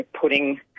putting